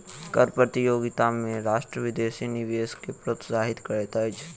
कर प्रतियोगिता में राष्ट्र विदेशी निवेश के प्रोत्साहित करैत अछि